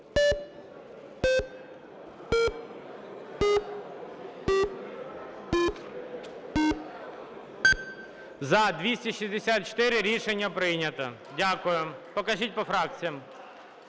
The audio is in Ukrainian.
За-264 Рішення прийнято. Дякую. Покажіть по фракціям.